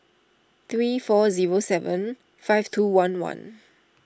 three four zero seven five two one one